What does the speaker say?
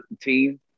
team